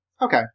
Okay